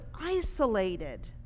isolated